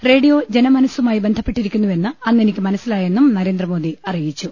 radio ജനമനസ്സുമായി ബന്ധപ്പെട്ടിരിക്കുന്നുവെന്ന് അന്നെ നിക്കുമനസ്സിലായെന്നും നരേന്ദ്രമോദി അറിയിച്ചു